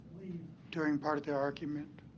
during part of the argument